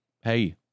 hey